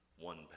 one